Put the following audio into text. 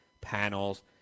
panels